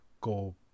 go